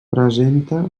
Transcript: presenta